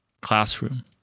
classroom